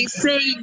say